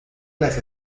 las